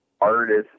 artist